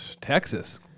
Texas